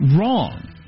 wrong